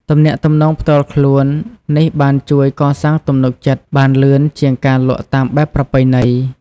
ទំនាក់ទំនងផ្ទាល់ខ្លួននេះបានជួយកសាងទំនុកចិត្តបានលឿនជាងការលក់តាមបែបប្រពៃណី។